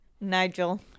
Nigel